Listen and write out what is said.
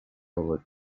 would